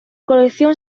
colección